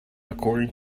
according